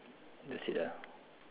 that's it lah